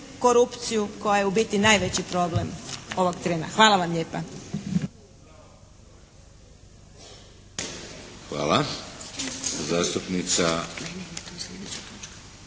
korupciju koja je u biti najveći problem ovog trena. Hvala vam lijepa. **Šeks,